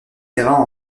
terrains